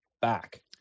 back